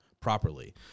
properly